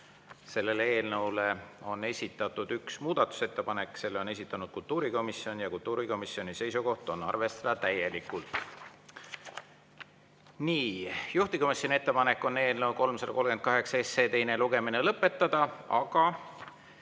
Selle eelnõu kohta on esitatud üks muudatusettepanek, selle on esitanud kultuurikomisjon ja kultuurikomisjoni seisukoht on arvestada täielikult. Juhtivkomisjoni ettepanek on eelnõu 338 teine lugemine lõpetada, aga